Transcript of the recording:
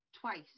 twice